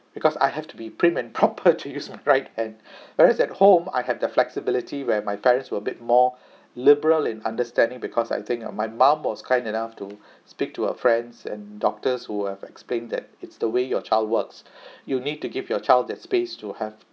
because I have to be prim and proper to use the right hand whereas at home I have the flexibility where my parents were bit more liberal in understanding because I think uh my mum was kind enough to speak to her friends and doctors who have explained that it's the way your child works you need to give your child that space to have